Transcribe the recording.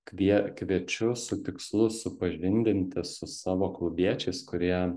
kvie kviečiu su tikslu supažindinti su savo klubiečiais kurie